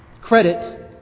Credit